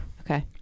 Okay